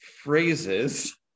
phrases